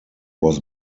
was